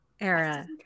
era